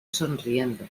sonriendo